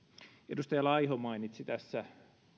edustaja laiho mainitsi tässä